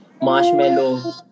marshmallow